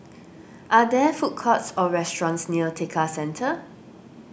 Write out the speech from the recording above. are there food courts or restaurants near Tekka Centre